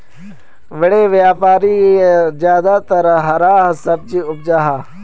बड़े व्यापारी ज्यादातर हरा सब्जी उपजाहा